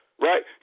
right